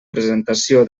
presentació